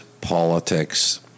politics